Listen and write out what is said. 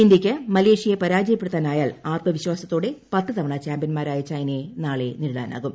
ഇന്ത്യയ്ക്ക് മലേഷ്യയെ പരാജയപ്പെടുത്താനായാൽ ആത്മവിശ്വാസത്തോടെ പത്ത് തവണ ചാമ്പൃൻമാരായ ചൈനയെ നാളെ നേരിടാനാകും